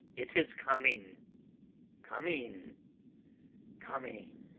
it is coming coming coming!